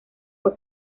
fue